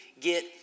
get